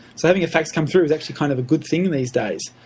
so having a fax come through is actually kind of a good thing in these days.